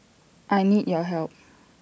I need your help